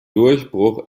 durchbruch